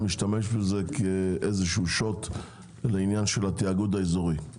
משתמשת בזה כאיזשהו שוט לעניין של התאגוד האזורי.